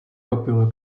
popular